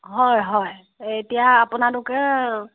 হয় হয় এতিয়া আপোনালোকে